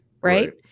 Right